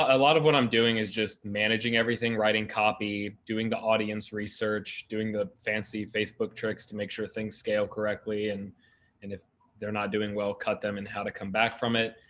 a lot of what i'm doing is just managing everything, writing, copy, doing the audience research, doing the fancy facebook tricks to make sure things scale correctly. and and if they're not doing well, cut them and how to come back from it.